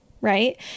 right